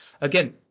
Again